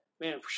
man